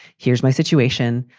here's my situation.